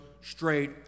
straight